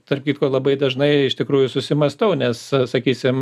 tarp kitko labai dažnai iš tikrųjų susimąstau nes sakysim